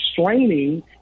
straining